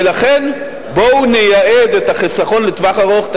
ולכן בואו נייעד את החיסכון לטווח ארוך,